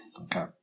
Okay